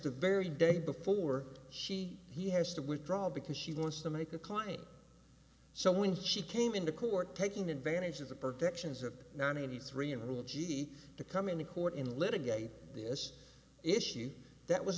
the very day before she he has to withdraw because she wants to make a client so when she came into court taking advantage of the protections that ninety three in rule g to come into court in litigate this issue that was